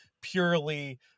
purely